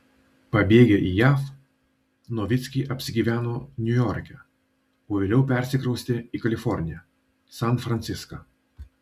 pabėgę į jav novickiai apsigyveno niujorke o vėliau persikraustė į kaliforniją san franciską